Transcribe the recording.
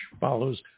follows